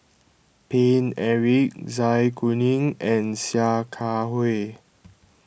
Paine Eric Zai Kuning and Sia Kah Hui